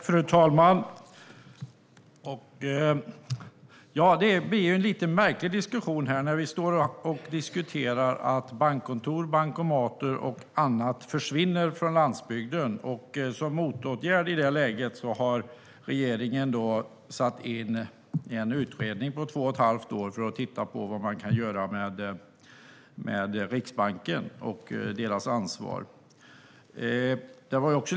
Fru talman! Det blir en lite märklig diskussion här. Vi talar om att bankkontor, bankomater och annat försvinner från landsbygden, och som motåtgärd har regeringen satt in en utredning på två och ett halvt år för att se på vad man kan göra med Riksbankens ansvar.